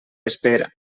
espera